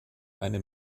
eine